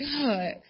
God